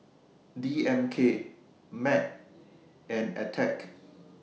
D M K Mac and Attack